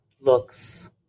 looks